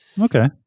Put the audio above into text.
okay